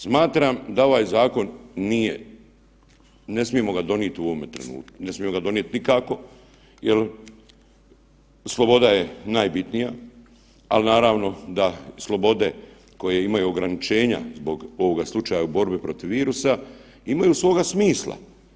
Smatram da ovaj zakon nije, ne smijemo ga donijeti u ovome trenutku, ne smijemo ga donijeti nikako jer sloboda je najbitnija, ali naravno da slobode koje imaju ograničenja zbog ovoga slučaju borbe protiv virusa, imaju svoga smisla.